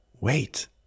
wait